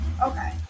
Okay